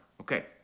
Okay